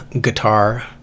guitar